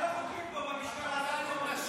אדוני,